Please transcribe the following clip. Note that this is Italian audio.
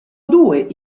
due